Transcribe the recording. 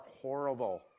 horrible